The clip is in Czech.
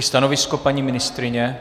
Stanovisko paní ministryně?